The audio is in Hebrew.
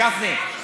גפני,